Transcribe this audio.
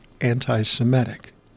anti-Semitic